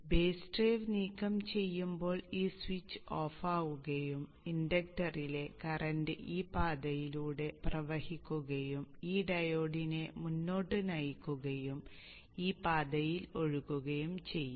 base drive നീക്കം ചെയ്യുമ്പോൾ ഈ സ്വിച്ച് ഓഫ് ആകുകയും ഇൻഡക്ടറിലെ കറന്റ് ഈ പാതയിലൂടെ പ്രവഹിക്കുകയും ഈ ഡയോഡിനെ മുന്നോട്ട് നയിക്കുകയും ഈ പാതയിൽ ഒഴുകുകയും ചെയ്യുന്നു